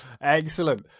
excellent